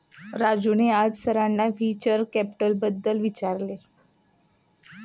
राजूने आज सरांना व्हेंचर कॅपिटलबद्दल विचारले